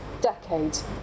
decades